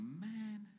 man